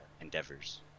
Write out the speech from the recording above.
endeavors